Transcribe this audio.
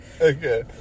Okay